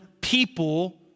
people